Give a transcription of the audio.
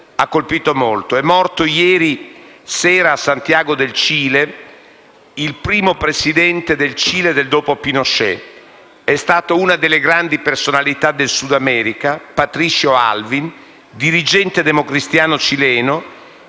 la realtà internazionale, ha colpito molto. È morto ieri sera a Santiago del Cile il primo Presidente del Cile del dopo Pinochet. È stata una delle grandi personalità del Sud America, Patricio Aylwin, dirigente democristiano cileno.